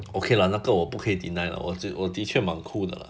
okay lah 那个我不可以 deny lah 我的确蛮酷的啦